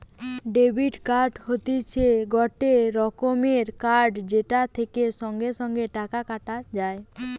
debit card হতিছে গটে রকমের কার্ড যেটা থেকে সঙ্গে সঙ্গে টাকা কাটা যায়